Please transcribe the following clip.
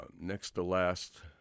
next-to-last